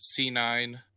c9